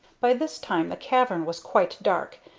by this time the cavern was quite dark,